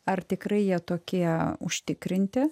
ar tikrai jie tokie užtikrinti